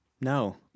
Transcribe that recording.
No